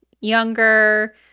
younger